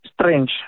strange